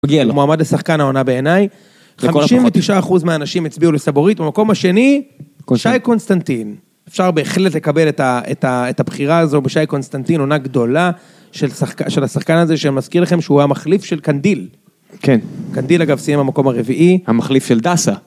הוא מועמד לשחקן ההונה בעיניי, 59% מהאנשים הצביעו לסבורית, במקום השני, שי קונסטנטין. אפשר בהחלט לקבל את הבחירה הזו בשי קונסטנטין, עונה גדולה, של השחקן הזה, שמזכיר לכם שהוא המחליף של קנדיל. כן. קנדיל אגב סיים במקום הרביעי. המחליף של דסה.